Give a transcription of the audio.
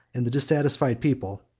and the dissatisfied people,